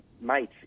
mates